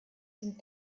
sind